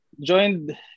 joined